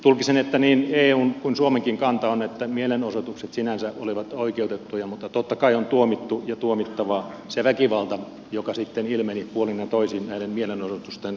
tulkitsen että niin eun kuin suomenkin kanta on että mielenosoitukset sinänsä olivat oikeutettuja mutta totta kai on tuomittu ja on tuomittavaa se väkivalta joka sitten ilmeni puolin ja toisin näiden mielenosoitusten yhteydessä